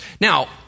Now